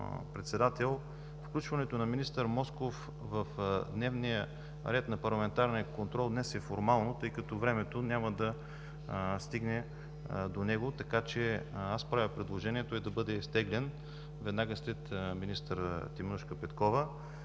Председател, включването на министър Москов в дневния ред на парламентарния контрол днес е формално, тъй като времето няма да стигне до него, така че аз правя предложение той да бъде изтеглен веднага след министър Теменужка Петкова,